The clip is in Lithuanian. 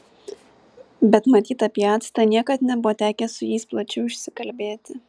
bet matyt apie actą niekad nebuvo tekę su jais plačiau išsikalbėti